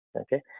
Okay